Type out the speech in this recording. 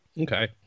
Okay